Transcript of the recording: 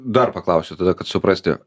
dar paklausiu tada kad suprasti